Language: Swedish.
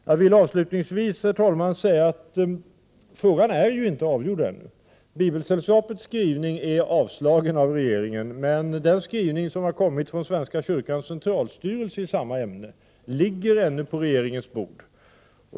Jag vill avslutningsvis, herr talman, säga att frågan ännu inte är avgjord. Bibelsällskapets framställning har avslagits av regeringen, men den skrivelse i samma ämne som kommit från svenska kyrkans centralstyrelse ligger ännu på regeringens bord.